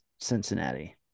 Cincinnati